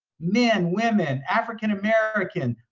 men, women, african american,